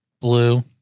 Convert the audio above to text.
Blue